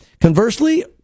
Conversely